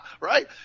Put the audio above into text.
Right